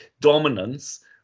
dominance